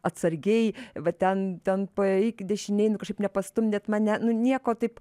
atsargiai va ten ten paeik dešinėj nu kažkaip nepastumdėt mane nu nieko taip